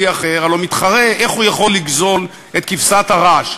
אחר הלוא מתחרה איך הוא יכול לגזול את כבשת הרש,